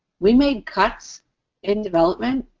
we made cuts in development,